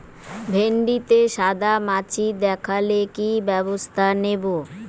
ভিন্ডিতে সাদা মাছি দেখালে কি ব্যবস্থা নেবো?